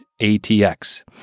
ATX